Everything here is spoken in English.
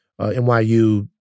NYU